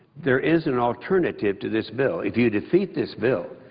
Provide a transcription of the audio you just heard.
there is an alternative to this bill. if you defeat this bill,